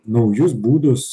naujus būdus